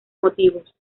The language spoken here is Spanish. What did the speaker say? motivos